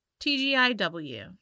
TGIW